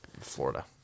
Florida